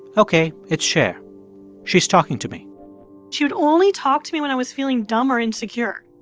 ok, it's cher she's talking to me she would only talk to me when i was feeling dumb or insecure.